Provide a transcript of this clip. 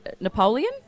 Napoleon